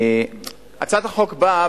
הצעת החוק באה,